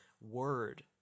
word